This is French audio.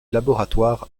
laboratoire